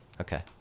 okay